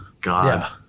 God